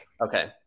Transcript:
Okay